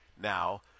now